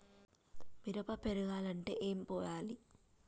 మిరప పెరగాలంటే ఏం పోయాలి?